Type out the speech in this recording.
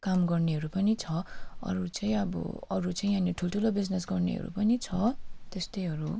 काम गर्नेहरू पनि छ अरू चाहिँ अब अरू चाहिँ यहाँनिर ठुल्ठुलो बिजिनेस गर्नेहरू पनि छ त्यस्तैहरू